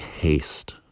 haste